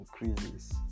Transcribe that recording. increases